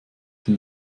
den